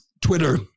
Twitter